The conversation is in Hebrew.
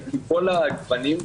מכל הגוונים.